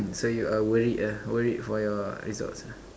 so you are worried ah worried for your results ah